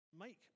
make